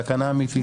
סכנה אמתית.